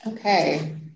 Okay